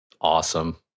Awesome